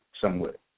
Somewhat